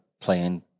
playing